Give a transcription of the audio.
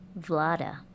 Vlada